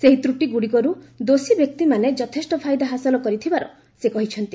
ସେହି ତ୍ରଟିଗୁଡ଼ିକରୁ ଦୋଷୀ ବ୍ୟକ୍ତିମାନେ ଯଥେଷ୍ଟ ଫାଇଦା ହାସଲ କରିଥିବାର ସେ କହିଛନ୍ତି